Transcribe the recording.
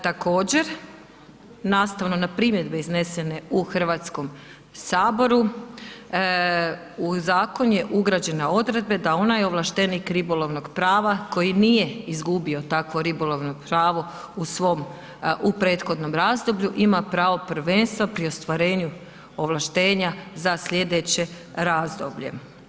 Također nastavno na primjedbe iznesene u Hrvatskom saboru u zakon su ugrađene odredbe da onaj ovlaštenik ribolovnog prava koji nije izgubio takvo ribolovno pravo u svom, u prethodnom razdoblju ima pravo prvenstva pri ostvarenju ovlaštenja za sljedeće razdoblje.